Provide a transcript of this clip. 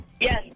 Yes